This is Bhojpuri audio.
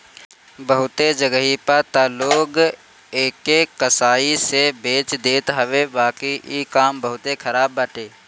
बहुते जगही पे तअ लोग एके कसाई से बेच देत हवे बाकी इ काम बहुते खराब बाटे